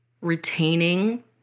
retaining